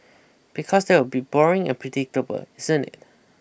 because that will be boring and predictable isn't it